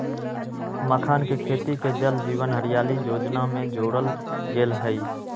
मखानके खेती के जल जीवन हरियाली जोजना में जोरल गेल हई